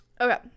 okay